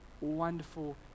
wonderful